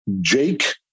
Jake